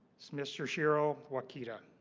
is mr. shiro wakita